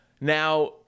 Now